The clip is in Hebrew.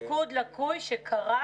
תפקוד לקוי שקרה